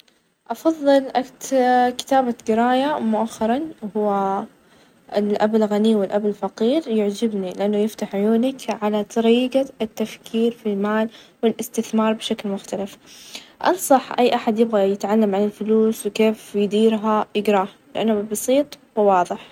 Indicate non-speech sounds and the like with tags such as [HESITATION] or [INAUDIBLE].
بصراحة أحب اسمع أنواع مختلفة حسب المزاج أحيانًا [HESITATION] طرب قديم، وأحيانًا هادي زي الجاز ،أو شي كلاسيكي ,مرات ألقى نفسي على أشياء جديدة ما توقعتها.